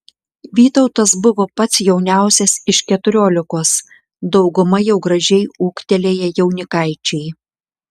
vytautas buvo pats jauniausias iš keturiolikos dauguma jau gražiai ūgtelėję jaunikaičiai